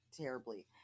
terribly